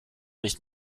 nicht